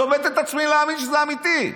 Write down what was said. צובט את עצמי להאמין שזה אמיתי.